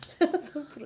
semp~